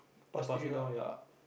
they pass it down ya